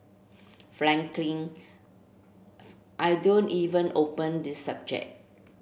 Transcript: frankly I don't even open this subject